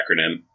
acronym